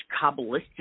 Kabbalistic